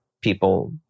people